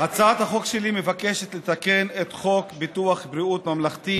הצעת החוק שלי מבקשת לתקן את חוק ביטוח בריאות ממלכתי